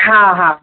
हा हा